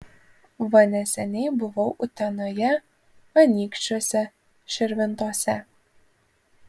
va neseniai buvau utenoje anykščiuose širvintose